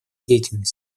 деятельности